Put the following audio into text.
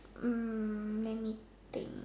mm let me think